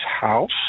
house